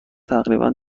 تقریبا